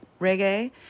reggae